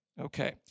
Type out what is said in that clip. Okay